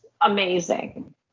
amazing